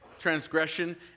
transgression